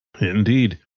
Indeed